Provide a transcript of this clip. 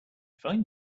find